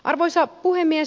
arvoisa puhemies